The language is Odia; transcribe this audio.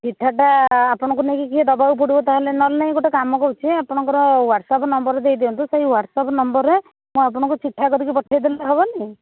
ଚିଠାଟା ଆପଣଙ୍କୁ ନେଇକି କିଏ ଦେବାକୁ ପଡ଼ିବ ତାହେଲେ ନହେଲେ ନାହିଁ ଗୋଟେ କାମ କରୁଛି ଆପଣଙ୍କର ହ୍ୱାଟ୍ସଅପ୍ ନମ୍ବର ଦେଇ ଦିଅନ୍ତୁ ସେହି ହ୍ୱାଟ୍ସଅପ୍ ନମ୍ବରରେ ମୁଁ ଆପଣଙ୍କୁ ଚିଠା କରିକି ପଠାଇ ଦେଲେ ହେବନି